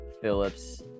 Phillips